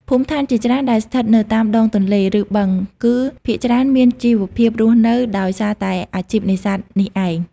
ភូមិឋានជាច្រើនដែលស្ថិតនៅតាមដងទន្លេ ឬបឹង គឺភាគច្រើនមានជីវភាពរស់នៅដោយសារតែអាជីពនេសាទនេះឯង។